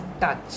touch